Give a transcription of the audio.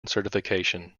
certification